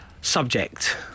Subject